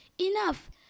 Enough